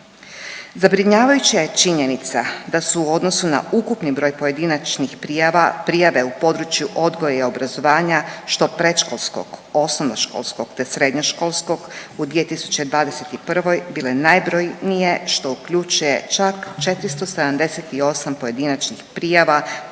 Zabrinjavajuća je činjenica da su u odnosu na ukupni broj pojedinačnih prijava, prijave u području odgoja i obrazovanja što predškolskog, osnovnoškolskog te srednjoškolskog u 2021. bile najbrojnije što uključuje čak 478 pojedinačnih prijava, povreda prava